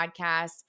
podcast